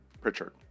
Pritchard